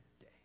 day